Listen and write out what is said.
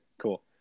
Cool